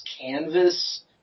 canvas